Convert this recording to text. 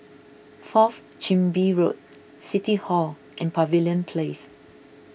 Fourth Chin Bee Road City Hall and Pavilion Place